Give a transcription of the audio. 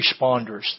responders